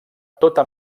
tota